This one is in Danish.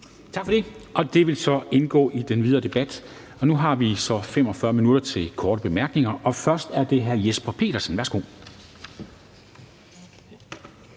Tak for det. Det vil så indgå i den videre debat. Nu har vi så 45 minutter til korte bemærkninger, og først er det hr. Jesper Petersen, værsgo.